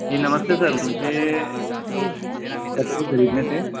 जी नमस्ते सर मुझे कपड़े खरीदने थे